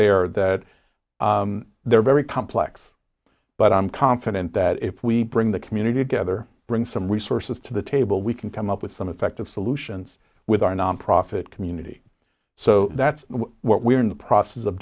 there that they're very complex but i'm confident that if we bring the community together bring some resources to the table we can come up with some affective solutions with our nonprofit community so that's what we're in the process of